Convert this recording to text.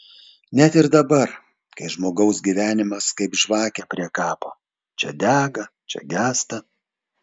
net ir dabar kai žmogaus gyvenimas kaip žvakė prie kapo čia dega čia gęsta